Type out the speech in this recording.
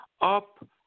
up